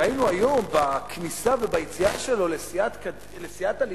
ראינו היום בכניסה וביציאה שלו לסיעת הליכוד.